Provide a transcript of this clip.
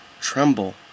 Tremble